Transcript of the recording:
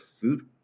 food